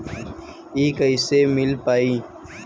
इ कईसे मिल पाई?